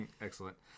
excellent